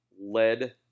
lead